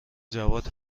جواد